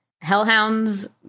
Hellhounds